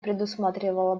предусматривала